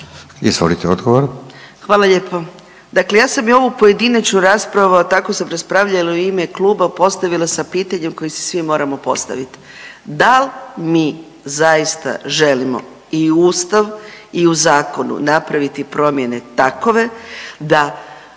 Anka (GLAS)** Hvala lijepo. Dakle, ja sam i ovu pojedinačnu raspravu, a tako sam raspravljalo i u ime kluba postavila sam pitanje koje si svi moramo postavit. Dal mi zaista želimo i u Ustav i u zakonu napraviti promjene takove da